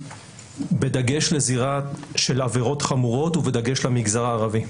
בדגש לזירה של עבירות חמורות ובדגש למגזר הערבי.